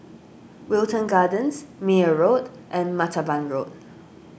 Wilton Gardens Meyer Road and Martaban Road